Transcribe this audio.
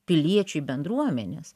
piliečiui bendruomenės